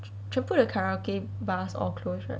全部的 karaoke bars all close right